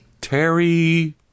Terry